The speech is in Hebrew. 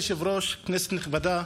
כבוד היושב-ראש, כנסת נכבדה,